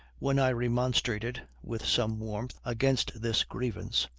when i remonstrated, with some warmth, against this grievance,